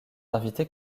invités